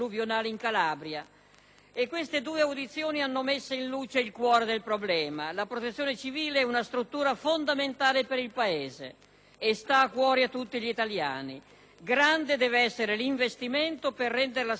Entrambe hanno messo in luce il cuore del problema: la Protezione civile è una struttura fondamentale per il Paese e sta a cuore a tutti gli italiani. Grande deve essere l'investimento per renderla sempre più adeguata;